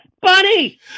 bunny